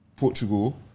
Portugal